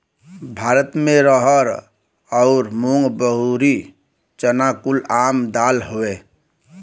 भारत मे रहर ऊरद मूंग मसूरी चना कुल आम दाल हौ